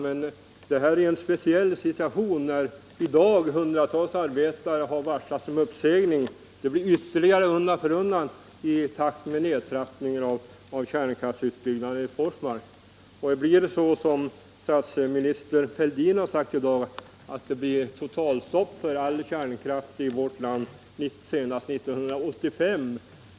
Men det här är en speciell situation. I dag har hundratals arbetare varslats om uppsägning. Ytterligare kommer att varslas undan för undan, i takt med nedtrappningen av kärnkraftsutbyggnaden i Forsmark. Statsminister Fälldin har i dag sagt att det blir totalstopp för all kärnkraft i vårt land senast 1985.